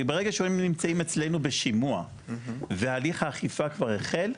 כי ברגע שהם נמצאים אצלנו בשימוע והליך האכיפה כבר החל,